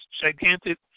gigantic